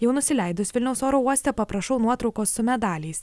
jau nusileidus vilniaus oro uoste paprašau nuotraukos su medaliais